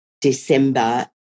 December